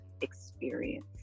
experience